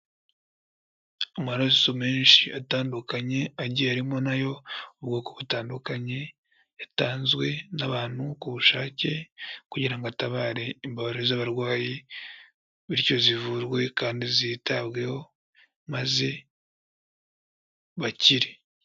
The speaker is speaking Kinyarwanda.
Amaraso menshi atandukanye agiye arimo n'ayo ubwoko butandukanye, yatanzwe n'abantu ku bushake kugira ngo atabare imbabare z'abarwayi, bityo zivurwe kandi zitabweho maze bakire.